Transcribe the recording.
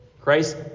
Christ